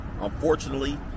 unfortunately